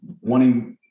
wanting